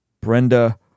Brenda